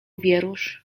wierusz